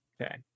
Okay